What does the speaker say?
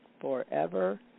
forever